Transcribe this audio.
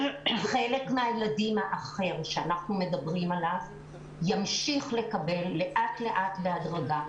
החלק האחר מהילדים שאנחנו מדברים עליו ימשיך לקבל לאט לאט ובהדרגה.